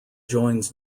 joins